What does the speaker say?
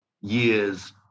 years